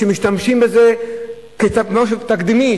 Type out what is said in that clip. משתמשים בזה כמשהו תקדימי,